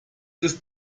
ist